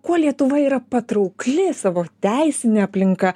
kuo lietuva yra patraukli savo teisine aplinka